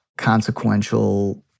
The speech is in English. consequential